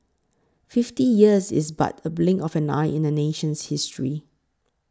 fifty years is but the blink of an eye in a nation's history